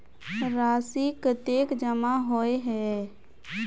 राशि कतेक जमा होय है?